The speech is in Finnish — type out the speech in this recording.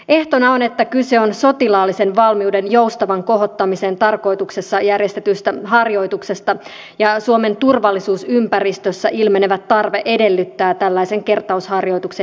ehtona on että kyse on sotilaallisen valmiuden joustavan kohottamisen tarkoituksessa järjestetystä harjoituksesta ja että suomen turvallisuusympäristössä ilmenevä tarve edellyttää tällaisen kertausharjoituksen järjestämistä